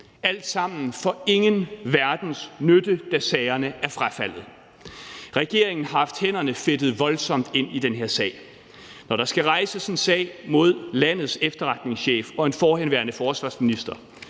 alt sammen for ingen verdens nytte, da sagerne er frafaldet. Regeringen har haft hænderne fedtet voldsomt ind i den her sag. Når der skal rejses en sag mod landets efterretningschef og en forhenværende forsvarsminister,